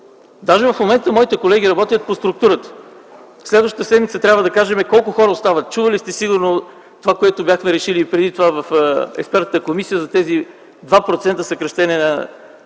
В момента моите колеги работят по структурата. Следващата седмица трябва да кажем колко хора остават. Чували сте сигурно това, което бяхме решили преди това в експертната комисия за тези 2% съкращения на